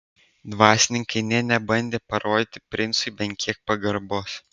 dvasininkai nė nebandė parodyti princui bent kiek pagarbos